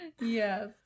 Yes